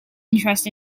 interest